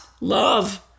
love